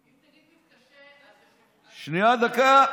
אם תגיד גם את השם, שנייה, דקה.